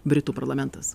britų parlamentas